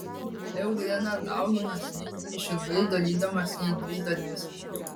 euglena dauginasi išilgai dalydamasi į dvi dalis